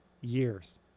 years